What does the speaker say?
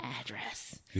address